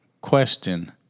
Question